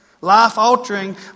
Life-altering